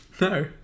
No